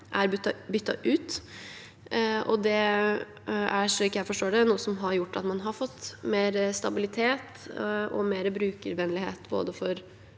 er byttet ut. Det er, slik jeg forstår det, noe som har gjort at man har fått mer stabilitet og brukervennlighet for